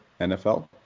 NFL